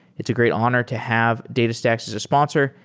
it's a great honor to have datastax as a sponsor,